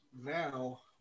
now